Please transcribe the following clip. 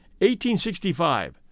1865